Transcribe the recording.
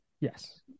Yes